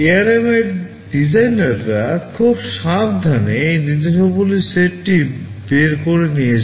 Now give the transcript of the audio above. এআরএমের ডিজাইনাররা খুব সাবধানে এই নির্দেশাবলীর সেটটি বের করে নিয়েছেন